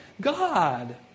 God